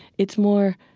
it's more,